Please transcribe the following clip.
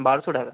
বারোশো টাকা